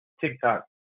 TikTok